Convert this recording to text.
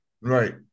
Right